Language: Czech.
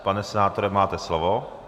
Pane senátore, máte slovo.